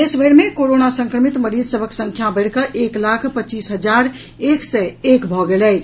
देशभरि मे कोरोना संक्रमित मरीज सभक संख्या बढ़ि कऽ एक लाख पच्चीस हजार एक सय एक भऽ गेल अछि